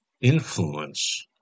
influence